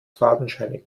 fadenscheinig